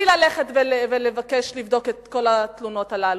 ללכת ולבקש לבדוק את כל התלונות הללו.